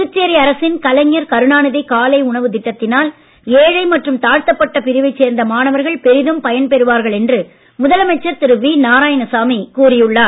புதுச்சேரி அரசின் கலைஞர் கருணாநிதி காலை உணவு திட்டத்தினால் ஏழை மற்றும் தாழ்த்தப்பட்ட பிரிவைச் சேர்ந்த மாணவர்கள் பெரிதும் பயன் பெறுவார்கள் என்று முதலமைச்சர் திரு வி நாராயணசாமி கூறி உள்ளார்